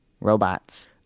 robots